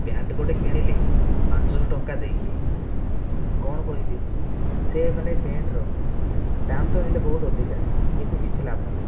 pant ଗୋଟିଏ କିଣିଲି ପାଞ୍ଚ ଶହ ଟଙ୍କା ଦେଇକି କ'ଣ କହିବି ସେ ମାନେ ପ୍ୟାଣ୍ଟର ଦାମ ତ ହେଲେ ବହୁତ ଅଧିକା କିନ୍ତୁ କିଛି ଲାଭ ନାହିଁ